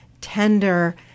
tender